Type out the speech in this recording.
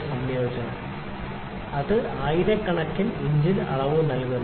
imperial inch തരം ആണ് ഇത് ആയിരക്കണക്കിന് ഇഞ്ചിൽ അളവ് നൽകുന്നു